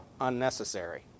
unnecessary